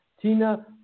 Tina